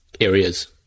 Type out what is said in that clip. areas